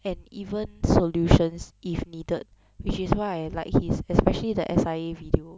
and even solutions if needed which is why I like his especially the S_I_A video